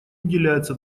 уделяется